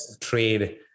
trade